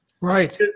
Right